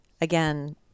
again